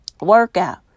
workout